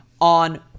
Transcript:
on